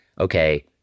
okay